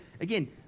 again